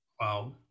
Wow